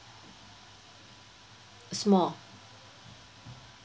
small